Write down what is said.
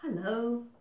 Hello